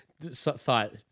thought